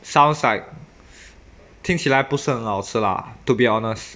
sounds like 听起来不是很好吃 lah to be honest